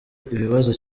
ibibazo